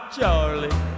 Charlie